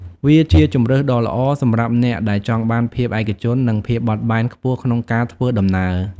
វាជាជម្រើសដ៏ល្អសម្រាប់អ្នកដែលចង់បានភាពឯកជននិងភាពបត់បែនខ្ពស់ក្នុងការធ្វើដំណើរ។